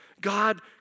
God